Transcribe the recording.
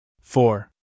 Four